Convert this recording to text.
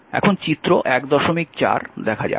এখন চিত্র 14 দেখা যাক